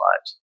lives